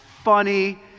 funny